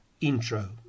intro